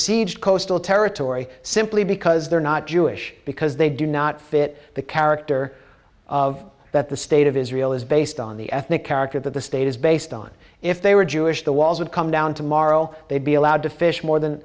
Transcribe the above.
besieged coastal territory simply because they're not jewish because they do not fit the character of that the state of israel is based on the ethnic character that the state is based on if they were jewish the walls would come down tomorrow they'd be allowed to fish more than